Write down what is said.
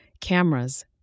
cameras